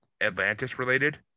Atlantis-related